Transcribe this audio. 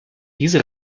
diese